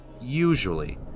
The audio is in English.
usually